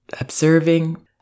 observing